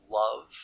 love